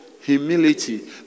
Humility